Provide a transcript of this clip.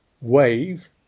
wave